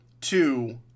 Two